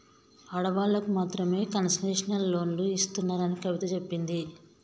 ఆడవాళ్ళకు మాత్రమే కన్సెషనల్ లోన్లు ఇస్తున్నారని కవిత చెప్పింది